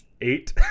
eight